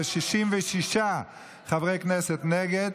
זה 66 חברי כנסת נגד.